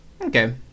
okay